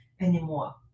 anymore